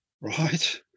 right